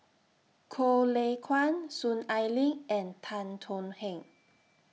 Goh Lay Kuan Soon Ai Ling and Tan Thuan Heng